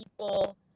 people